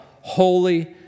holy